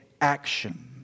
action